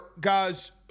guys